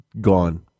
gone